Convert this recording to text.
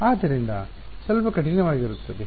ಆದ್ದರಿಂದ ಸ್ವಲ್ಪ ಕಠಿಣವಾಗಿರುತ್ತದೆ